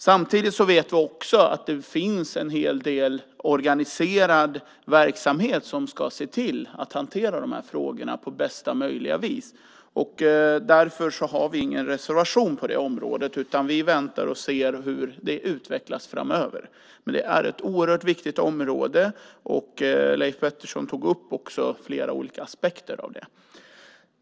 Samtidigt vet vi att det finns en hel del organiserad verksamhet som ska hantera de här frågorna på bästa möjliga vis. Därför har vi ingen reservation på det området, utan vi väntar och ser hur det utvecklar sig framöver. Men det är ett oerhört viktigt område. Leif Pettersson tog också upp flera olika aspekter av det.